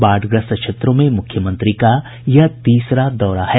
बाढ़ग्रस्त क्षेत्रों में मुख्यमंत्री यह तीसरा दौरा है